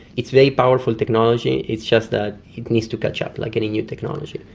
it's very powerful technology, it's just that it needs to catch up, like any new technology.